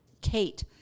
Kate